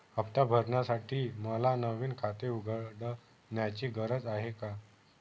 हफ्ता भरण्यासाठी मला नवीन खाते उघडण्याची गरज आहे का?